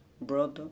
brother